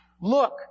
Look